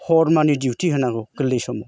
हर मानि दिउथि होनांगौ गोरलै समाव